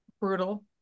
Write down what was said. brutal